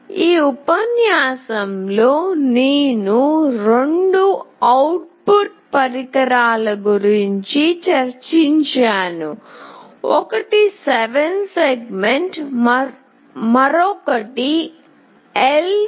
ఈ ఉపన్యాసంలో నేను రెండు అవుట్పుట్ పరికరాల గురించి చర్చించాను ఒకటి 7 సెగ్మెంట్ మరొకటి LCD